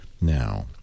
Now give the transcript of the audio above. now